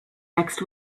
next